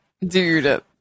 dude